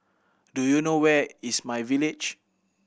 do you know where is my Village